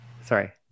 Sorry